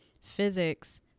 physics